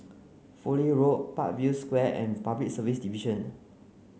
Fowlie Road Parkview Square and Public Service Division